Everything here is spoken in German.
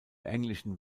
englischen